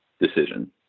decision